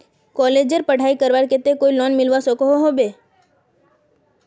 कॉलेजेर पढ़ाई करवार केते कोई लोन मिलवा सकोहो होबे?